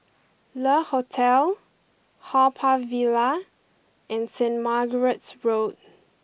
Le Hotel Haw Par Villa and Saint Margaret's Road